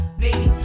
baby